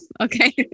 Okay